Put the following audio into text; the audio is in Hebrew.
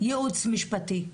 ייעוץ משפטי.